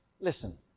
Listen